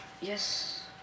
Yes